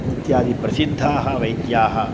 इत्यादयः प्रसिद्धाः वैद्याः